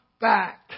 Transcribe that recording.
back